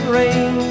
rain